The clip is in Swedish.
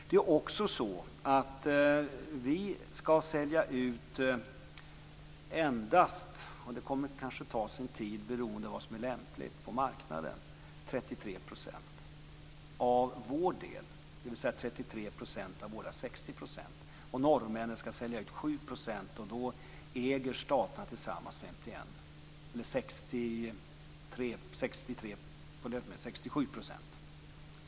Det är också så att vi skall sälja ut endast - och det kommer kanske att ta sin tid beroende på vad som är lämpligt på marknaden - 33 % av vår del, dvs. 33 % av våra 60 %. Norrmännen skall sälja ut 7 %. Då äger staterna tillsammans 67 %.